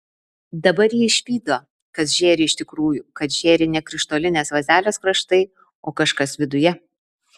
dabar ji išvydo kas žėri iš tikrųjų kad žėri ne krištolinės vazelės kraštai o kažkas viduje